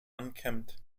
unkempt